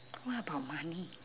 what about money